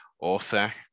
author